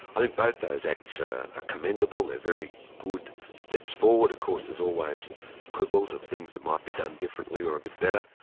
i think both those acts are ah ah commendable, they're very good steps forward. of course there's always quibbles of things that might be done differently, or a bit better,